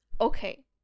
okay